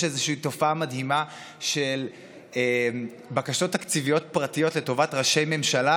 יש איזושהי תופעה מדהימה של בקשות תקציביות פרטיות לטובת ראשי ממשלה